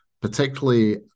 particularly